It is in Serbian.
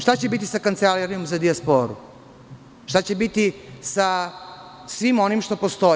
Šta će biti sa Kancelarijom za dijasporu, šta će biti sa svim onim što postoji?